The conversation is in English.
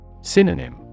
Synonym